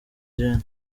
gen